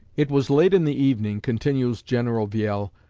it was late in the evening, continues general viele,